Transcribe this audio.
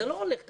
זה לא הולך ככה.